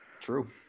True